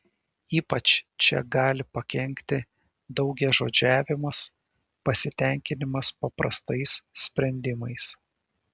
ypač čia gali pakenkti daugiažodžiavimas pasitenkinimas paprastais sprendimais